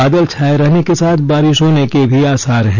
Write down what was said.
बादल छाये रहने के साथ बारिश होने के भी आसार हैं